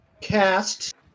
cast